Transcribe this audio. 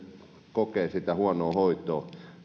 sitten kokea sitä huonoa hoitoa